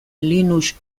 linux